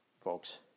folks